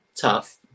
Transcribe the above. tough